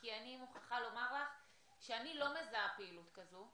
כי אני מוכרחה לומר לך שאני לא מזהה פעילות כזו,